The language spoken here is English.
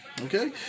okay